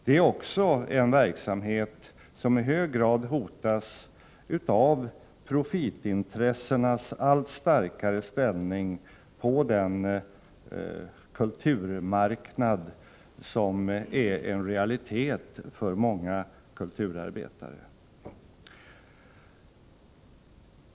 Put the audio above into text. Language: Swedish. Det är också en verksamhet som i hög grad hotas av profitintressenas allt starkare ställning på den kulturmarknad som är en realitet för många kulturarbetare.